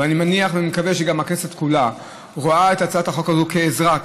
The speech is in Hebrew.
ואני מניח ומקווה שגם הכנסת כולה רואה את הצעת החוק הזאת כעזרה,